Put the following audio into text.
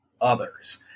others